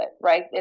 Right